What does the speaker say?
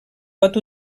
pot